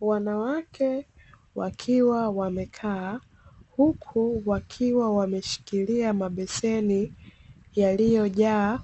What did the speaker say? Wanawake wakiwa wamekaa, huku wakiwa wameshikilia mabeseni yaliyojaa